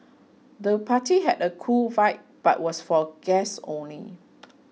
the party had a cool vibe but was for guests only